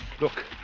Look